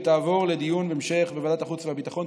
ותעבור לדיון המשך בוועדת החוץ והביטחון.